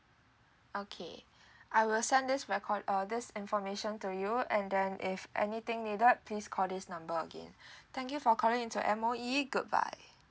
okay I will send this reco~ uh this information to you and then if anything needed please call this number again thank you for calling into M_O_E goodbye